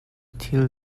thil